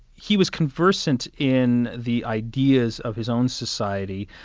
he was conversant in the ideas of his own society,